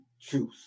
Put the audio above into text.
truth